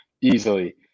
easily